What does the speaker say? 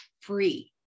free